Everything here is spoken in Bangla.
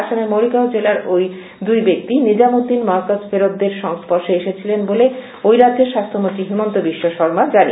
আসামে মরিগাও জেলার ওই দুই ব্যক্তি নিজামউদ্দিন মরকজ ফেরৎদের সংস্পর্শে এসেছিলেন বলে ওই রাজ্যের স্বাস্থ্যমন্ত্রী হিমন্ত বিশ্বশর্মা জানিয়েছেন